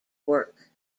work